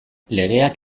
legeak